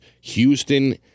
Houston